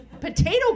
potato